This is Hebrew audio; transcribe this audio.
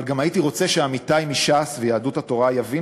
אבל הייתי גם רוצה שעמיתי מש"ס ויהדות התורה יבינו